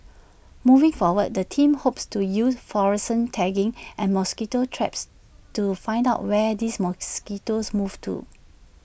moving forward the team hopes to use fluorescent tagging and mosquito traps to find out where these mosquitoes move to